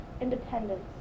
independence